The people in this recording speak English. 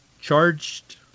charged